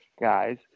guys